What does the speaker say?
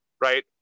right